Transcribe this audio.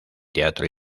teatro